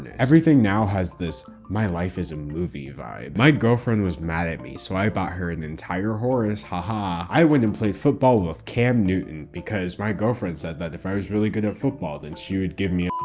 everything now has this, my life is a movie, vibe. my girlfriend was mad at me, so i bought her an entire horse, haha. i went and play football with cam newton, because my girlfriend said that if i was really good at football, then she would give me